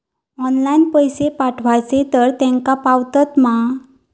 Online पैसे पाठवचे तर तेका पावतत मा?